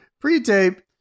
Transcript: pre-tape